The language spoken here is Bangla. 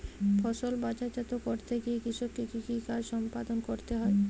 ফসল বাজারজাত করতে গিয়ে কৃষককে কি কি কাজ সম্পাদন করতে হয়?